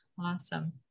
Awesome